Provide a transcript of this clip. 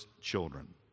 children